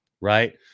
right